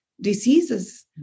diseases